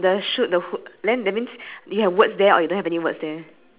I mean the tractor has three wheels right the big fields in front